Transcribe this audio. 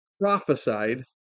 prophesied